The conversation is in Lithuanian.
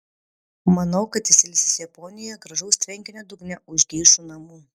manau kad jis ilsisi japonijoje gražaus tvenkinio dugne už geišų namų